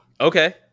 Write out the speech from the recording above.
Okay